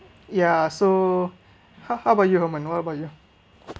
ya so how how about you herman what about you